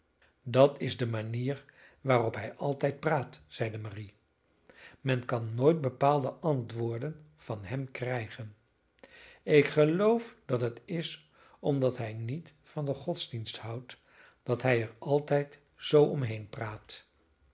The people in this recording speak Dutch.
dat is de manier waarop hij altijd praat zeide marie men kan nooit bepaalde antwoorden van hem krijgen ik geloof dat het is omdat hij niet van den godsdienst houdt dat hij er altijd zoo omheen praat